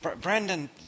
Brandon